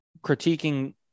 critiquing